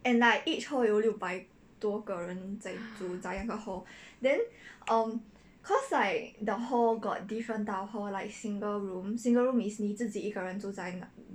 and like each hall 有六百多个人在住在那个 hall then um cause like the hall got different type of hall like single room single room is 你自己一个人住在那